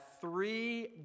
three